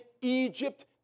Egypt